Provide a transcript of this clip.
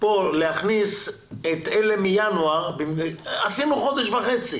להכניס את אלה שמינואר, עשינו חודש וחצי,